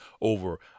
over